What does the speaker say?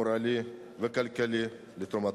מוראלי וכלכלי על תרומתו.